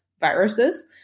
Viruses